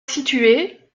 située